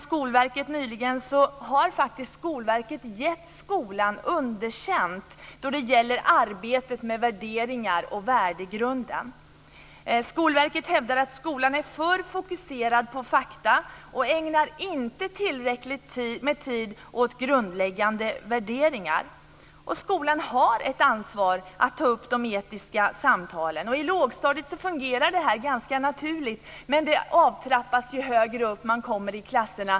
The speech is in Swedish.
Skolverket har i en skrivelse nyligen gett skolan underkänt då det gäller arbetet med värderingar och värdegrunden. Skolverket hävdar att skolan är för fokuserad på fakta och inte ängar tillräckligt med tid åt grundläggande värderingar. Skolan har ett ansvar att föra de etiska samtalen. I lågstadiet fungerar det här ganska naturligt, men det avtrappas ju högre upp man kommer i klasserna.